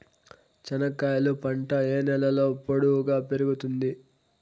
చెనక్కాయలు పంట ఏ నేలలో పొడువుగా పెరుగుతుంది?